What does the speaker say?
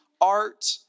art